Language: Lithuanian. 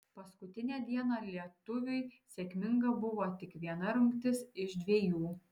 paskutinę dieną lietuviui sėkminga buvo tik viena rungtis iš dvejų